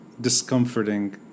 discomforting